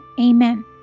amen